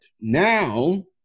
now